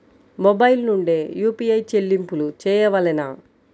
Mobile నుండే UPI చెల్లింపులు చేయవలెనా?